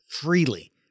freely